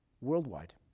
worldwide